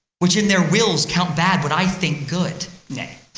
which in their wills count bad what i think good? nae,